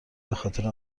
بخاطر